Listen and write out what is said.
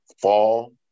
fall